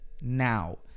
now